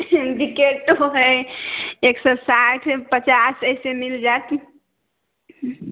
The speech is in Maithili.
बिघटो हय एक सए साठि पचास ऐसे मिल जायत कि